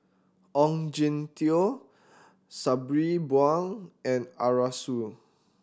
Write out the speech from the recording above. Ong Jin Teong Sabri Buang and Arasu